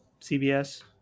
CBS